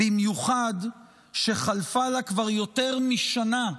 במיוחד שחלפה לה כבר יותר משנה,